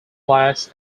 class